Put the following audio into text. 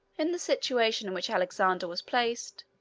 in the situation in which alexander was placed,